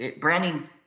Branding